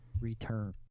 return